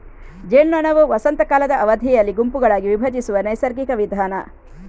ಜೇನ್ನೊಣವು ವಸಂತ ಕಾಲದ ಅವಧಿಯಲ್ಲಿ ಗುಂಪುಗಳಾಗಿ ವಿಭಜಿಸುವ ನೈಸರ್ಗಿಕ ವಿಧಾನ